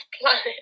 planet